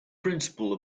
principal